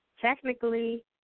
technically